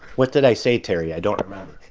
what did i say, terri? i don't remember